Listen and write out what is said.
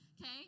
Okay